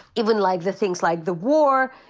even like the things like the war,